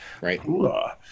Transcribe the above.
Right